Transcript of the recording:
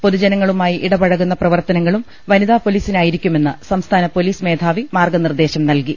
പൊതുജനങ്ങളുമായി ഇടപഴകുന്ന പ്രവർത്തനങ്ങളും വനിതാ പൊലീസിനായിരിക്കുമെന്ന് സംസ്ഥാന പൊലീസ് മേധാവി മാർഗ നിർദേശം നൽകി